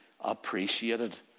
appreciated